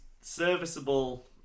serviceable